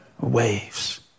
Waves